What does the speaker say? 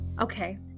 okay